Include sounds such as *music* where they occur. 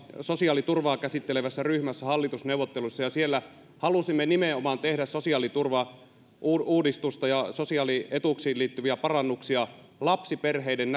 sosiaaliturvaa käsittelevässä ryhmässä hallitusneuvotteluissa ja siellä halusimme tehdä sosiaaliturvauudistusta ja sosiaalietuuksiin liittyviä parannuksia nimenomaan lapsiperheiden *unintelligible*